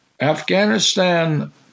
Afghanistan